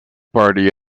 party